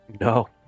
No